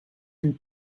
and